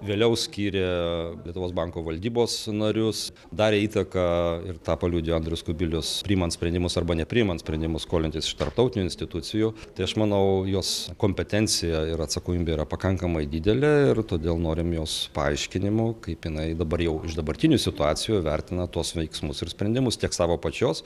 vėliau skyrė lietuvos banko valdybos narius darė įtaką ir tą paliudijo andrius kubilius priimant sprendimus arba nepriimant sprendimus skolintis iš tarptautinių institucijų tai aš manau jos kompetencija ir atsakomybė yra pakankamai didelė ir todėl norime jos paaiškinimo kaip jinai dabar jau iš dabartinių situacijų vertina tuos veiksmus ir sprendimus tiek savo pačios